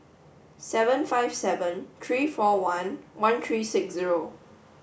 seven five seven three four one one three six zero